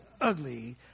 ugly